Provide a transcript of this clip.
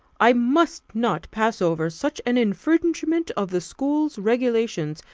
i must not pass over such an infringement of the school regulations,